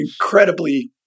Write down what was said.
incredibly